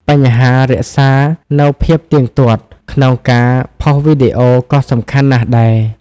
បញ្ហា រក្សានូវភាពទៀងទាត់ ក្នុងការផុសវីដេអូក៏សំខាន់ណាស់ដែរ។